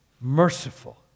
merciful